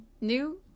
New